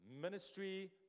ministry